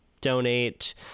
donate